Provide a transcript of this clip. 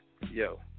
Yo